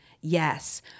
Yes